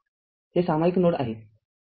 हे r असो सामायिक नोड आहे